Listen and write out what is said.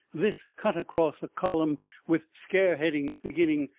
this cut across a column with scare headings beginning,